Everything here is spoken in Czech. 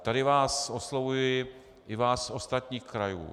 Tady vás oslovuji, i vás z ostatních krajů.